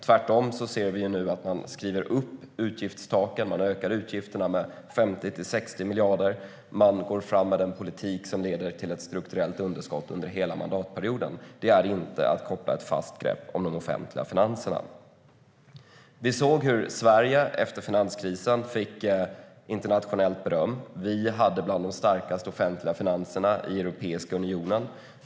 Tvärtom ser vi nu att man skriver upp utgiftstaken och ökar utgifterna med 50-60 miljarder. Man går fram med en politik som leder till ett strukturellt underskott under hela mandatperioden. Det är inte att koppla ett fast grepp om de offentliga finanserna. Vi såg hur Sverige efter finanskrisen fick internationellt beröm. Vi hade bland de starkaste offentliga finanserna i Europeiska unionen.